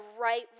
right